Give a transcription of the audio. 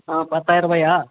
ஆ பத்தாயிரருபாயா